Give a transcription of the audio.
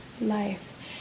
life